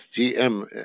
GM